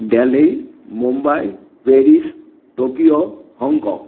Delhi Mumbai Paris Tokyo Hong Kong